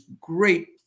great